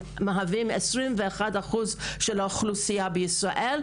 מהווים 21% מהאוכלוסייה בישראל,